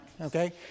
okay